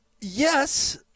Yes